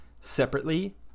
separately